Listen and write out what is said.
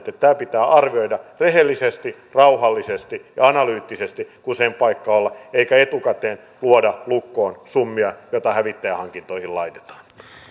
että tämä pitää arvioida rehellisesti rauhallisesti ja analyyttisesti kun sen paikka on eikä etukäteen lyödä lukkoon summia joita hävittäjähankintoihin laitetaan